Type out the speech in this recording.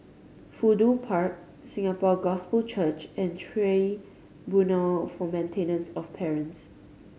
Fudu Park Singapore Gospel Church and Tribunal for Maintenance of Parents